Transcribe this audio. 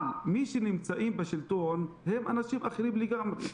אבל, מי שנמצאים בשלטון הם אנשים אחרים לגמרי.